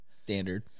standard